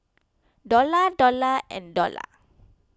Dollah Dollah and Dollah